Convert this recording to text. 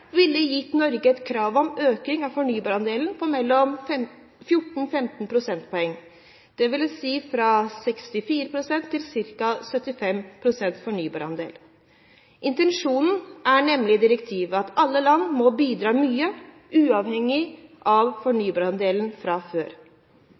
ville gitt Norge et krav om en økning av fornybarandelen på 14–15 prosentpoeng, dvs. en fornybarandel på mellom 64 pst. og 75 pst. Intensjonen i direktivet er nemlig at alle land må bidra mye, uavhengig av